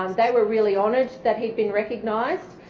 um they were really honoured that he'd been recognised.